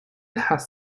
has